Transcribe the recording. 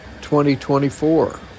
2024